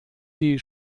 die